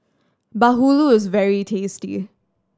bahulu is very tasty